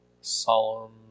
solemn